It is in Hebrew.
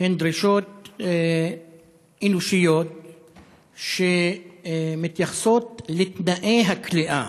הן דרישות אנושיות שמתייחסות לתנאי הכליאה.